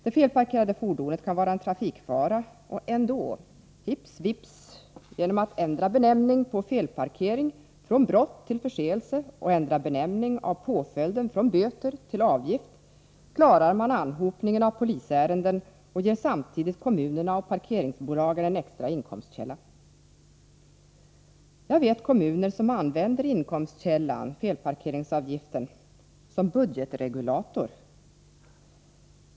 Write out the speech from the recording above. Det felparkerade fordonet kan vara en trafikfara och ändå, — hips, vips, genom att ändra benämningen på felparkering från brott till förseelse och ändra benämningen på påföljden från böter till avgift, klarar man anhopningen av polisärenden och ger samtidigt kommunerna och parkeringsbolagen en extra inkomstkälla. Jag vet kommuner som använder inkomstkällan — felparkeringsavgiften — som budgetregulator.